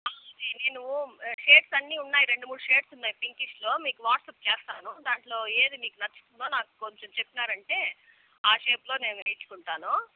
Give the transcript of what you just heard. అదే నేను షేడ్స్ అన్నీ ఉన్నాయి రెండు మూడు షేడ్స్ ఉన్నాయి పింకిష్లో మీకు వాట్సాప్ చేస్తాను దాంట్లో ఏది మీకు నచ్చుతుందో నాకు కొంచం చెప్పినారంటే ఆ షేప్లో నేను వేయించుకుంటాను